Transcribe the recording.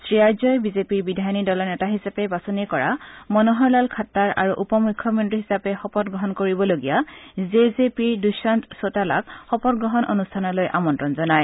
শ্ৰীআৰ্যই বিজেপিৰ বিধায়িনী দলৰ নেতা হিচাপে বাছনি কৰা মনোহৰলাল খাট্টাৰ আৰু উপ মুখ্য মন্ত্ৰী হিচাপে শপতগ্ৰহণ কৰিবলগীয়া জে জে পিৰ দুষ্যন্ত চৌতালাক শপতগ্ৰহণ অনুষ্ঠানলৈ আমন্ত্ৰণ জনায়